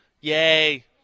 Yay